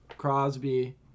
Crosby